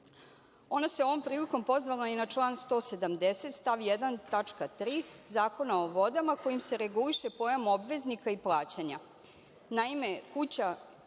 se ovom prilikom pozvala i na član 170. stav 1. tačka 3) Zakona o vodama, kojim se reguliše pojam obveznika i plaćanja.